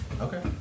Okay